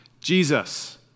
Jesus